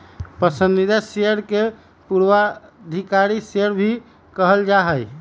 पसंदीदा शेयर के पूर्वाधिकारी शेयर भी कहल जा हई